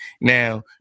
Now